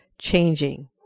changing